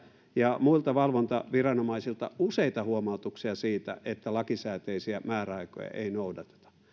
ja muilta valvontaviranomaisilta useita huomautuksia siitä että lakisääteisiä määräaikoja ei noudateta